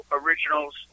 originals